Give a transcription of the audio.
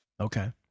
Okay